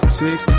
six